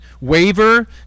waver